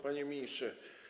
Panie Ministrze!